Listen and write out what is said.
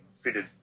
fitted